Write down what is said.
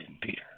Peter